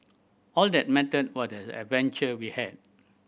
all that mattered was the adventure we had